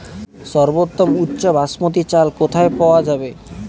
সর্বোওম উচ্চ বাসমতী চাল কোথায় পওয়া যাবে?